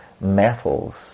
metals